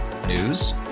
News